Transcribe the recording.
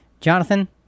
Jonathan